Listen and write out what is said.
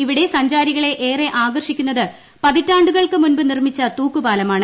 ഇവിടെ സഞ്ചാരികളെ ഏറെ ആകർഷിക്കുന്നത് പതിറ്റാണ്ടുകൾക്ക് മുമ്പ് നിർമ്മിച്ച തൂക്കുപാലമാണ്